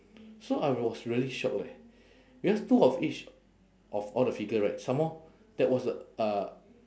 so I was really shocked leh because two of each of all the figure right some more that was the uh